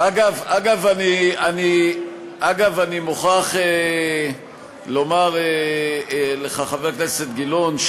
אגב, אני מוכרח לומר לך, חבר הכנסת גילאון,